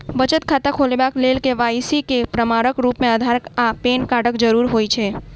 बचत खाता खोलेबाक लेल के.वाई.सी केँ प्रमाणक रूप मेँ अधार आ पैन कार्डक जरूरत होइ छै